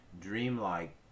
dreamlike